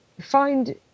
find